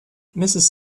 mrs